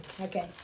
Okay